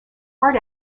hard